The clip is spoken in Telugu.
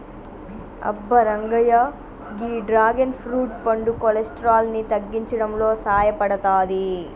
అబ్బ రంగయ్య గీ డ్రాగన్ ఫ్రూట్ పండు కొలెస్ట్రాల్ ని తగ్గించడంలో సాయపడతాది